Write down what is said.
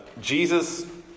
Jesus